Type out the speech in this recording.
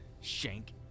Shank